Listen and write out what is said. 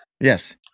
Yes